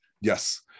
yes